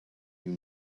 you